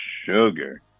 sugar